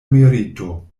merito